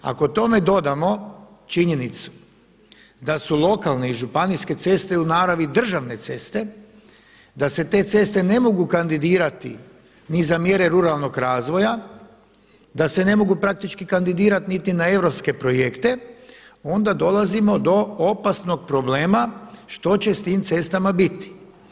Ako tome dodamo činjenicu da su lokalne i županijske ceste u naravi državne ceste, da se te ceste ne mogu kandidirati ni za mjere ruralnog razvoja, da se ne mogu praktički kandidirati niti na europske projekte onda dolazimo do opasnog problema što će sa tim cestama biti.